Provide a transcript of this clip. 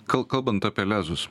kal kalbant apie lezus